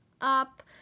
up